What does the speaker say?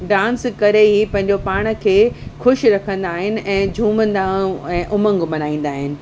dance करे ई पंहिंजो पाण खे ख़ुशि रखंदा आहिनि ऐं झूमंदा ऐं ऐं उमंग मल्हाईंदा आहिनि